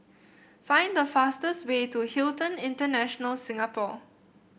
find the fastest way to Hilton International Singapore